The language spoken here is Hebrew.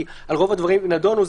כי רוב הדברים נדונו.